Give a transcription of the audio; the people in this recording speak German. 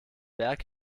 berg